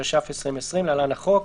התש"ף-2020 (להלן החוק),